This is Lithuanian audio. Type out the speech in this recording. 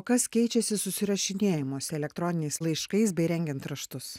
o kas keičiasi susirašinėjimuose elektroniniais laiškais bei rengiant raštus